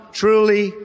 truly